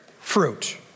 fruit